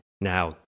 Now